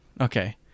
Okay